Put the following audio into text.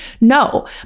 No